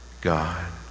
God